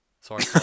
Sorry